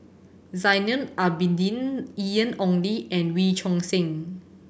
Zainal Abidin Ian Ong Li and Wee Choon Seng